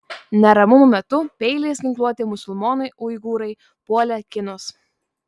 neramumų metu peiliais ginkluoti musulmonai uigūrai puolė kinus